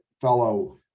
fellow